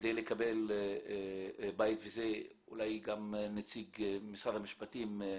כדי לקבל בית וזה אולי גם נציג משרד המשפטים יבין.